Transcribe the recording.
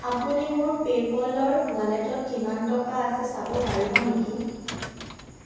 আপুনি মোৰ পে'পলৰ ৱালেটত কিমান টকা আছে চাব পাৰিব নেকি